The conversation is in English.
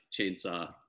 chainsaw